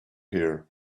here